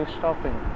stopping